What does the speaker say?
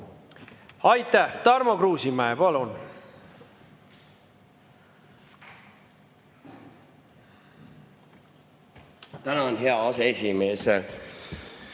Aitäh! Tarmo Kruusimäe, palun!